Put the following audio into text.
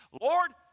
Lord